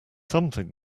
something